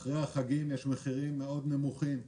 אחרי החגים יש מחירים נמוכים מאוד.